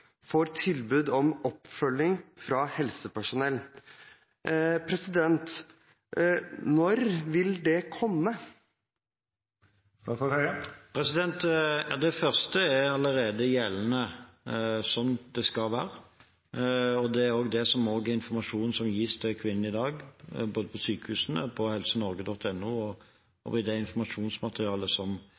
tilbud om oppfølging fra helsepersonell. Når vil det komme? Det første gjelder allerede, og det er den informasjonen som gis til kvinnene i dag, både på sykehusene, på helsenorge.no og i informasjonsmaterialet som skal være på dette området. Det